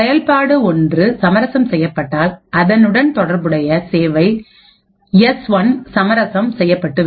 செயல்பாடு1 சமரசம் செய்யப்பட்டால் அதனுடன் தொடர்புடைய சேவை S1 சமரசம் செய்யப்பட்டுவிடும்